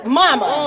mama